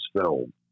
film